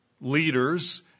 leaders